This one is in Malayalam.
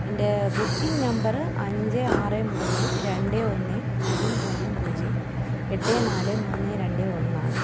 എൻ്റെ ബുക്കിംഗ് നമ്പറ് അഞ്ച് ആറ് മൂന്ന് രണ്ട് ഒന്ന് പൂജ്യം പൂജ്യം പൂജ്യം എട്ട് നാല് മൂന്ന് രണ്ട് ഒന്നാണ്